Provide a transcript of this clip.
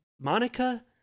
Monica